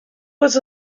was